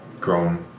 grown